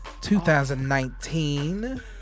2019